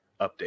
update